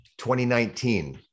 2019